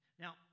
Now